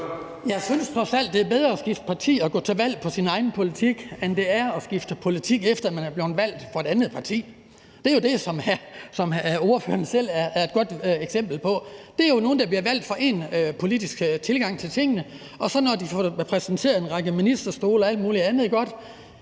Jeg synes trods alt, det er bedre at skifte parti og gå til valg på sin egen politik, end det er at skifte politik, efter at man er blevet valgt for et parti. Det er jo det, som ordføreren selv er et godt eksempel på. Det er jo nogen, der bliver valgt for én politisk tilgang til tingene, og når de så får præsenteret en række ministerstole og alt muligt andet godt,